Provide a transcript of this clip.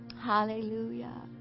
Hallelujah